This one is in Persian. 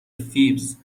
فیبز